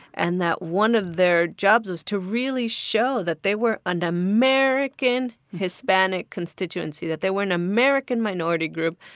and that one of their jobs was to really show that they were an and american hispanic constituency, that they were an american minority group,